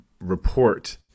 report